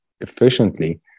efficiently